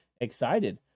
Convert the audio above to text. excited